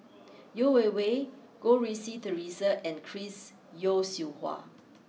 Yeo Wei Wei Goh Rui Si Theresa and Chris Yeo Siew Hua